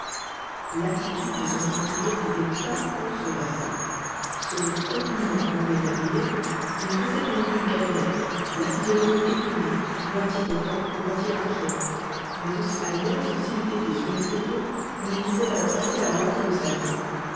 l'attitude de ce meurtrier était inconcevable son compliment anglais terminé il restait au milieu du cabinet la physionomie étonnée moitié content moitié inquiet mais aussi à l'aise que s'il eût été sur les tréteaux où il disait avoir passé la moitié de sa vie